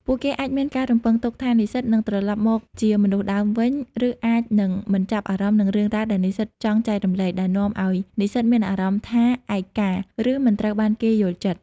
ពួកគេអាចមានការរំពឹងទុកថានិស្សិតនឹងត្រឡប់មកជាមនុស្សដើមវិញ ឬអាចនឹងមិនចាប់អារម្មណ៍នឹងរឿងរ៉ាវដែលនិស្សិតចង់ចែករំលែក ដែលនាំឱ្យនិស្សិតមានអារម្មណ៍ថាឯកា ឬមិនត្រូវបានគេយល់ចិត្ត។